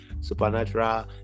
supernatural